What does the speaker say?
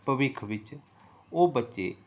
ਭਵਿੱਖ ਵਿੱਚ ਉਹ ਬੱਚੇ